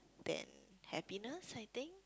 than happiness I think